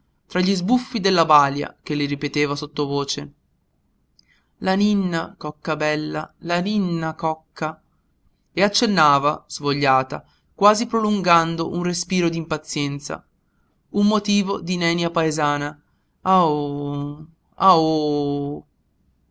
tra gli sbuffi della balia che le ripeteva sottovoce la ninna cocca bella la ninna cocca e accennava svogliata quasi prolungando un sospiro d'impazienza un motivo di nenia paesana aoòh aoòh